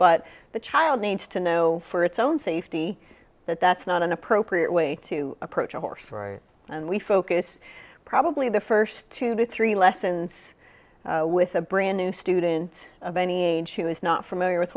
but the child needs to know for its own safety that that's not an appropriate way to approach a horse and we focus probably the first two to three lessons with a brand new student of any age who is not familiar with